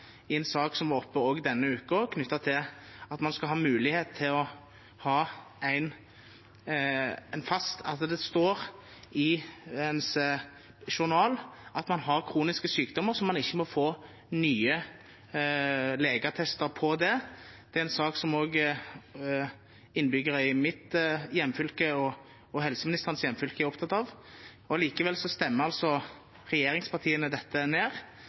i en sak som var oppe denne uken knyttet til at det står i ens journal at man har kroniske sykdommer, så man ikke må få nye legeattester på det. Det er en sak som også innbyggere i mitt og helseministerens hjemfylke er opptatt av. Allikevel stemmer regjeringspartiene dette ned,